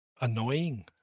annoying